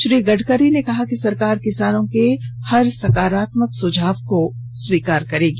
श्री गडकरी ने कहा कि सरकार किसानों के हर सकारात्मक सुझाव को स्वीकार करेगी